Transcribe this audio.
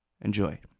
Enjoy